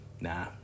Nah